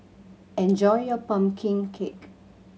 enjoy your pumpkin cake